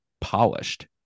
polished